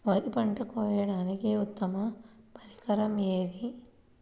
వరి పంట కోయడానికి ఉత్తమ పరికరం ఏది?